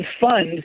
fund